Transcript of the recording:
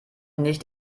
nicht